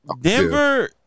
Denver